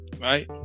right